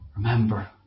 Remember